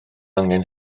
angen